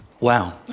Wow